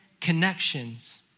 connections